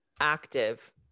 active